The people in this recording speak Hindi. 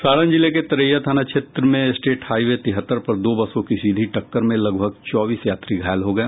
सारण जिले के तरैया थाना क्षेत्र में स्टेट हाईवे तिहत्तर पर दो बसों की सीधी टक्कर में लगभग चौबीस यात्री घायल हो गए